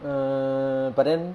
err but then